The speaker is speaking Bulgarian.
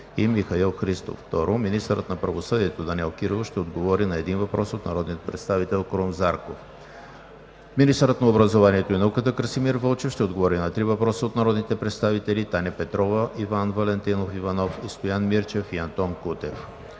и Михаил Христов. 2. Министърът на правосъдието Данаил Кирилов ще отговори на един въпрос от народния представител Крум Зарков. 3. Министърът на образованието и науката Красимир Вълчев ще отговори на три въпроса от народните представители Таня Петрова; Иван Валентинов Иванов; и Стоян Мирчев и Антон Кутев.